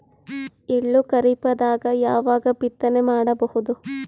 ಎಳ್ಳು ಖರೀಪದಾಗ ಯಾವಗ ಬಿತ್ತನೆ ಮಾಡಬಹುದು?